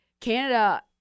Canada